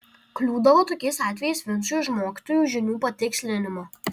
kliūdavo tokiais atvejais vincui už mokytojų žinių patikslinimą